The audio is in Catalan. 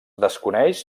desconeix